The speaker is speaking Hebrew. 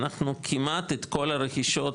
אנחנו כמעט את כל הרכישות,